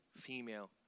female